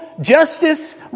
justice